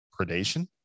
predation